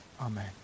Amen